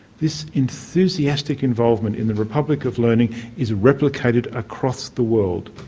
this enthusiastic involvement in the republic of learning is replicated across the world.